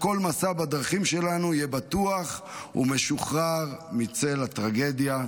כל מסע בדרכים שלנו יהיה בטוח ומשוחרר מצל הטרגדיה.